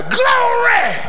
glory